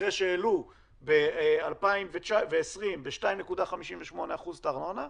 אחרי שהעלו ב-2020 ב-2.58% את הארנונה,